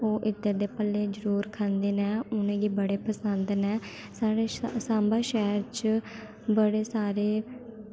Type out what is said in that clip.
ओह् इद्धर दे भल्ले जरुर खंदे न उ'नें गी बड़े पसंद न साढ़े सांबा शैह्र च बड़े सारे